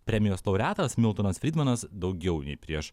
premijos laureatas miltonas fridmanas daugiau nei prieš